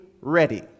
ready